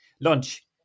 lunch